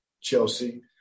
Chelsea